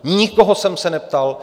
Nikoho jsem se neptal.